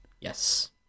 Yes